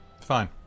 Fine